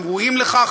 הם ראויים לכך,